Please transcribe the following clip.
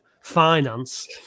finance